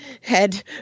head